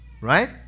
Right